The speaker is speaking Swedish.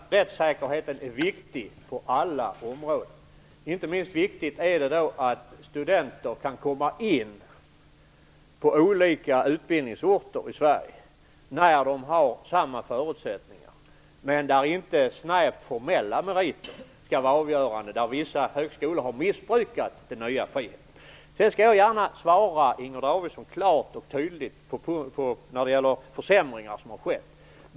Fru talman! Rättssäkerheten är viktig på alla områden. Inte minst viktigt är det att studenter kan komma in på olika utbildningsorter i Sverige när de har samma förutsättningar och att inte snävt formella meriter skall vara avgörande. Där har vissa högskolor missbrukat den nya friheten. Sedan skall jag gärna svara Inger Davidson klart och tydligt när det gäller de försämringar som har skett.